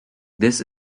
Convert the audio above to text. this